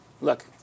look